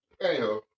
anyhow